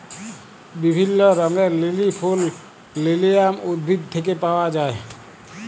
বিভিল্য রঙের লিলি ফুল লিলিয়াম উদ্ভিদ থেক্যে পাওয়া যায়